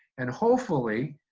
and, hopefully,